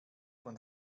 von